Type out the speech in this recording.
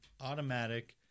automatic